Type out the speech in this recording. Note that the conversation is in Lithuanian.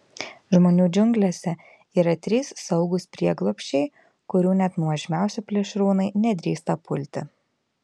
žmonių džiunglėse yra trys saugūs prieglobsčiai kurių net nuožmiausi plėšrūnai nedrįsta pulti